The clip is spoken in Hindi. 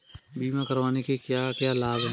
बीमा करवाने के क्या क्या लाभ हैं?